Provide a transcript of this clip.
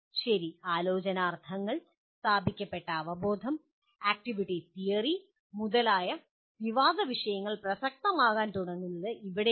ശരി ആലോചനാർത്ഥങ്ങൾ സ്ഥാപിക്കപ്പെട്ട അവബോധം ആക്റ്റിവിറ്റി തിയറി മുതലായ വിവാദവിഷയങ്ങൾ പ്രസക്തമാകാൻ തുടങ്ങുന്നത് ഇവിടെയാണ്